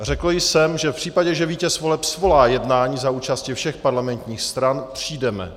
Řekl jsem, že v případě, že vítěz voleb svolá jednání za účasti všech parlamentních stran, přijdeme.